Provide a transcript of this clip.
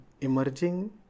emerging